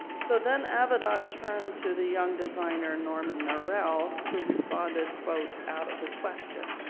so then avedon turned to the young designer norman norell who responded quote out of the question.